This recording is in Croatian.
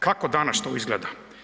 Kako danas to izgleda?